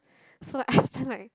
so like I spent like